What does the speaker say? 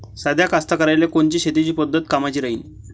साध्या कास्तकाराइले कोनची शेतीची पद्धत कामाची राहीन?